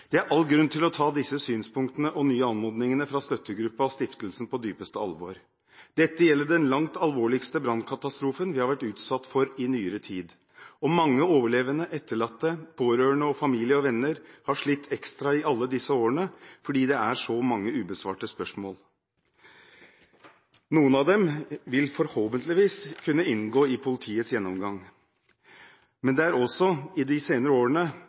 Det er all grunn til å ta disse synspunktene og de nye anmodningene fra støttegruppen og stiftelsen på dypeste alvor. Dette gjelder den langt alvorligste brannkatastrofen vi har vært utsatt for i nyere tid, og mange overlevende, etterlatte, pårørende, familie og venner har slitt ekstra i alle disse årene fordi det er så mange ubesvarte spørsmål. Noen av dem vil forhåpentligvis kunne inngå i politiets gjennomgang, men det er også i de senere årene